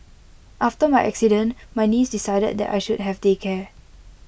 after my accident my niece decided that I should have day care